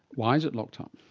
why is it locked um